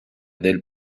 del